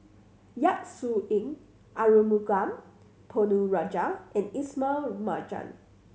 Yap Su Yin Arumugam Ponnu Rajah and Ismail Marjan